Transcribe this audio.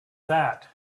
that